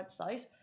website